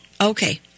Okay